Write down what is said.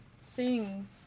sing